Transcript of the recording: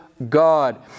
God